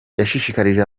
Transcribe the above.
yashishikarije